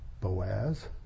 Boaz